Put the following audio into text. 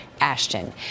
Ashton